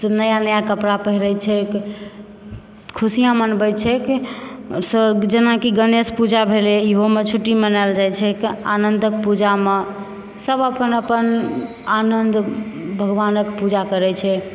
नया नया कपड़ा पहिरैत छैक खुशिआँ मनबैत छैक जेनाकि गणेश पूजा भेलय ईहोमे छुट्टी मनायल जाइत छै आनन्दक पूजामे सभ अपन अपन आनन्द भगवानक पूजा करैत छै